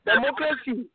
Democracy